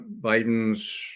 Biden's